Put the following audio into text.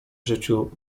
życiu